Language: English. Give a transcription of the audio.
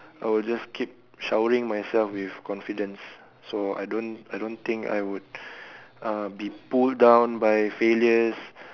I will just keep showering myself with confidence so I don't I don't think I would uh be pulled down by failures